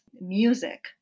music